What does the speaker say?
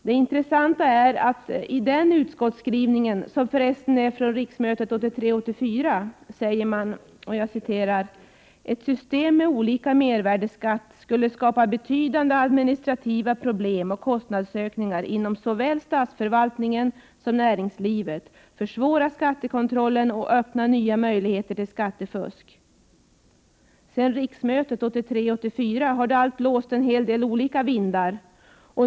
Det intressanta är att man i den utskottsskrivning som här refereras och som för resten är från riksmötet 1983 84 har det allt blåst en hel del olika vindar.